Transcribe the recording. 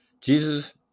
Jesus